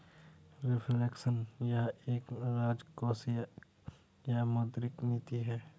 reflection यह एक राजकोषीय या मौद्रिक नीति है